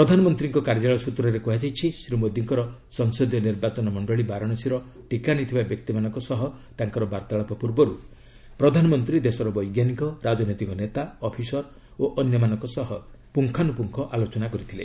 ପ୍ରଧାନମନ୍ତ୍ରୀଙ୍କ କାର୍ଯ୍ୟାଳୟ ସୂତ୍ରରେ କୁହାଯାଇଛି ଶ୍ରୀ ମୋଦୀଙ୍କର ସଂସଦୀୟ ନିର୍ବାଚନ ମଣ୍ଡଳୀ ବାରାଣସୀର ଟିକା ନେଇଥିବା ବ୍ୟକ୍ତିମାନଙ୍କ ସହ ତାଙ୍କର ବାର୍ତ୍ତାଳାପ ପୂର୍ବରୁ ପ୍ରଧାନମନ୍ତ୍ରୀ ଦେଶର ବୈଜ୍ଞାନିକ ରାଜନୈତିକ ନେତା ଅଫିସର୍ ଓ ଅନ୍ୟମାନଙ୍କ ସହ ପୁଙ୍ଗାନୁପୁଙ୍ଗ ଆଲୋଚନା କରିଥିଲେ